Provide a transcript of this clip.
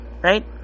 Right